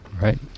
Right